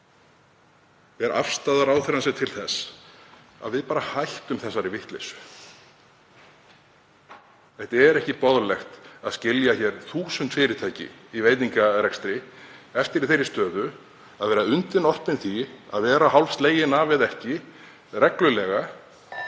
hver afstaða ráðherrans er til þess að við bara hættum þessari vitleysu. Það er ekki boðlegt að skilja hér 1.000 fyrirtæki í veitingarekstri eftir í þeirri stöðu að vera undirorpin því að vera hálfslegin af eða ekki reglulega.